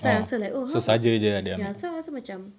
so I asked her like oh how about ya so I asked her macam